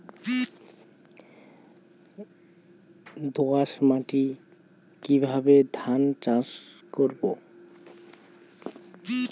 দোয়াস মাটি কিভাবে ধান চাষ করব?